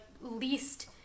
least